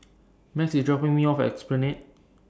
Max IS dropping Me off At Esplanade